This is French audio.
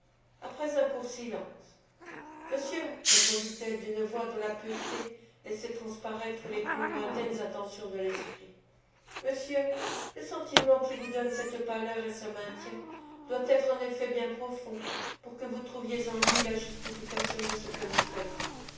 après un court silence monsieur répondit-elle d'une voix dont la pureté laissait transparaître les plus lointaines intentions de l'esprit monsieur le sentiment qui vous donne cette pâleur et ce maintien doit être en effet bien profond pour que vous trouviez en lui la justification de ce que vous faites